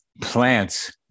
plants